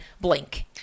blink